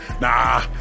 nah